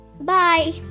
Bye